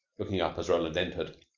looking up as roland entered.